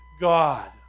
God